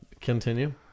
continue